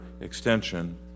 extension